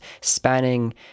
spanning